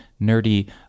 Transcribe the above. nerdy